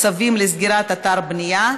צווים לסגירת אתר בנייה),